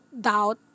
doubt